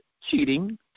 cheating